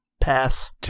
Pass